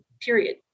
period